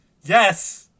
yes